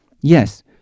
yes